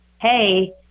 hey